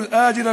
תחוסל,